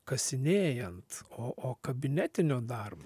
kasinėjant o o kabinetinio darbo